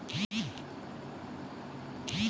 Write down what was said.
लेनिक टर्म ऋण तीस सालो लेली सेहो देलो जाय छै